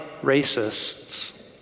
racists